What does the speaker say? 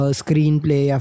screenplay